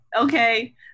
okay